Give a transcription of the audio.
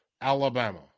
Alabama